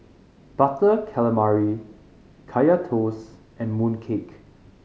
Butter Calamari Kaya Toast and mooncake